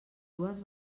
dues